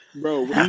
bro